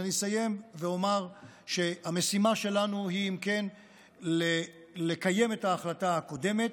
אני אסיים ואומר שהמשימה שלנו היא לקיים את ההחלטה הקודמת,